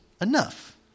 enough